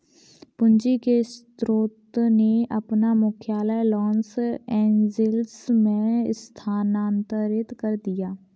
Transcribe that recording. पूंजी के स्रोत ने अपना मुख्यालय लॉस एंजिल्स में स्थानांतरित कर दिया